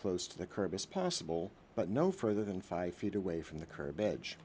close to the curb as possible but no further than five feet away from the curb edge